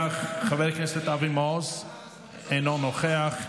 את המלחמה הזאת צריך לסיים, תודה רבה.